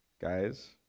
guys